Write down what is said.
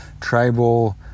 tribal